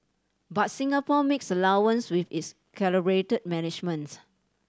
but Singapore makes allowance with its calibrated management